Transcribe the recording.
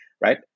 right